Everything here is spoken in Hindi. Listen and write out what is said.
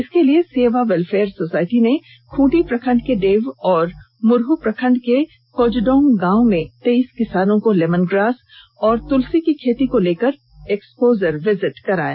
इसके लिए सेवा वेलफेयर सोसाईटी ने खूंटी प्रखंड के डेव और मुरह प्रखंड के कोजड़ोंग गांव के तेईस किसानों को लेमनग्रास और तुलसी की खेती को लेकर एक्सपोजर विजिट कराया